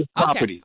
Okay